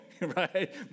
right